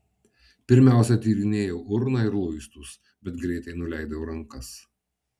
pirmiausia tyrinėjau urną ir luistus bet greitai nuleidau rankas